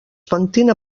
pentina